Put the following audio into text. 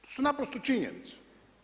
To su naprosto činjenice.